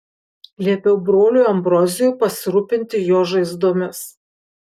liepiau broliui ambrozijui pasirūpinti jo žaizdomis